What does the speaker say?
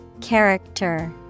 Character